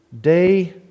day